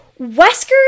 Wesker